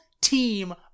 team